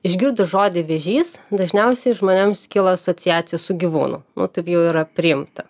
išgirdus žodį vėžys dažniausiai žmonėms kyla asociacija su gyvūnu o taip jau yra priimta